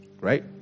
right